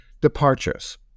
Departures